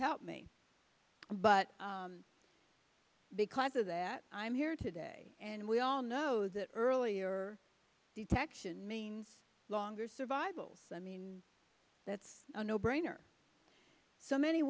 help me but because of that i'm here today and we all know that earlier detection longer survival i mean that's a no brainer so many